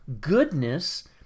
goodness